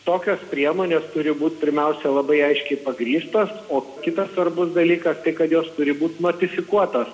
tokios priemonės turi būti pirmiausia labai aiškiai pagrįstos o kitas svarbus dalykas tai kad jos turi būti modifikuotos